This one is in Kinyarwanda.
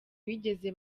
bigeze